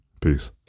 Peace